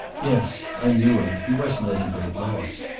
yes. i knew him. he wasn't any great loss.